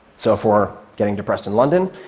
so for getting depressed in london,